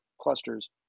clusters